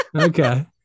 Okay